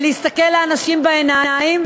ולהסתכל לאנשים בעיניים,